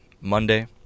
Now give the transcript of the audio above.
Monday